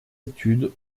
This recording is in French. études